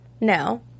No